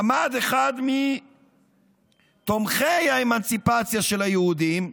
עמד אחד מתומכי האמנציפציה של היהודים,